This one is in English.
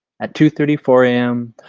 at two thirty four a m,